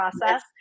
process